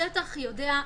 השטח יודע,